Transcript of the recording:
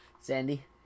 Sandy